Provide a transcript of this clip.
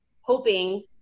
hoping